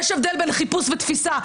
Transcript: יש הבדל בין חיפוש ותפיסה,